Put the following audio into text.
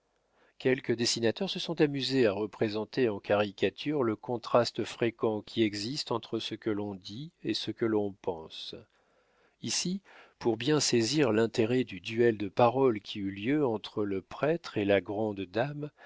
quelques dessinateurs se sont amusés à représenter en caricature le contraste fréquent qui existe entre ce que l'on dit et ce que l'on pense ici pour bien saisir l'intérêt du duel de paroles qui eut lieu entre le prêtre et la grande dame